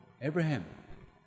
Abraham